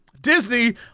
Disney